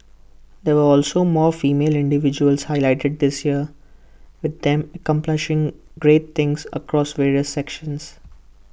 there were also more female individuals highlighted this year with them accomplishing great things across various sectors